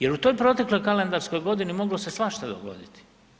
Jer u toj protekloj kalendarskoj godini moglo se svašta dogoditi.